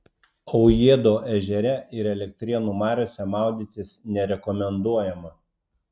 aujėdo ežere ir elektrėnų mariose maudytis nerekomenduojama